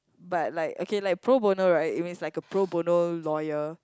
but like okay like pro bono right it means like a pro bono lawyer